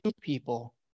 people